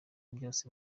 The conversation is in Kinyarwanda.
byose